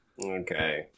Okay